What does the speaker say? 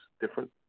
different